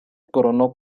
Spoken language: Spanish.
coronó